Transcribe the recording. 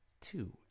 two